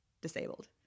disabled